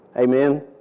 Amen